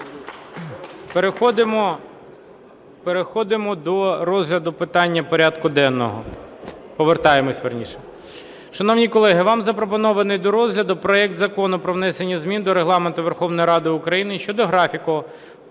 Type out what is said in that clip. Переходимо до розгляду питань порядку денного, повертаємося вірніше. Шановні колеги, вам запропонований до розгляду проект Закону про внесення змін до Регламенту Верховної Ради України щодо графіку